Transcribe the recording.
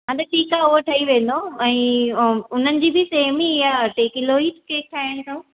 हा त ठीकु आहे इहो ठही वेंदो ऐं उन्हनि जी बि सेम ई आहे टे किलो ई केक ठाहिणी अथव